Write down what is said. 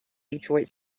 detroit